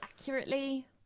accurately